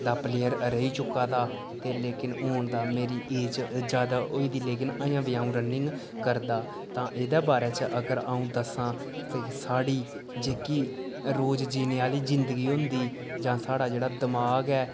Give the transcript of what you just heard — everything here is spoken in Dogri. दा पलेर रेही चुका दा ते लेकिन हून मेरी ऐज ज्यादा होई दी लेकिन अजे बी अ'ऊं रनिंग करदा तां एहदे बारे च अगर अ'ऊं दस्सां जे साढ़ी जेह्की रोज जीने आहली जिंदगी होंदी जां साढ़ा जेहड़ा दमाक ऐ